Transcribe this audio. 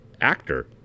actor